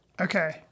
Okay